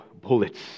bullets